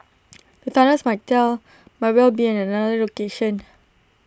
the tunnels might tell might well be at another location